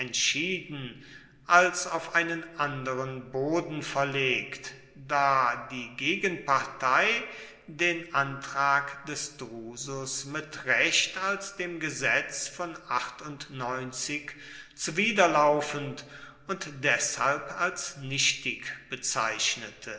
entschieden als auf einen anderen boden verlegt da die gegenpartei den antrag des drusus mit recht als dem gesetz von zuwiderlaufend und deshalb als nichtig bezeichnete